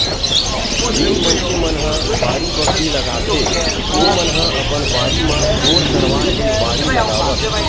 जेन मनखे मन ह बाड़ी बखरी लगाथे ओमन ह अपन बारी म बोर करवाके बारी लगावत